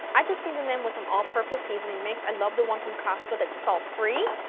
i just season them with some all purpose seasoning mix, i love the one from costco that's salt-free.